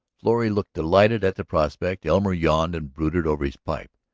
florrie looked delighted at the prospect elmer yawned and brooded over his pipe.